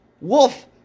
wolf